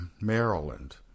Maryland